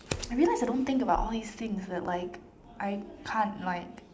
I realize I don't think about all these things that like I can't like